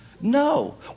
No